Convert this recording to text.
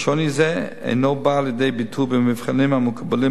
ושוני זה אינו בא לידי ביטוי במבחנים המקובלים